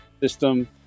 system